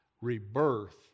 Rebirth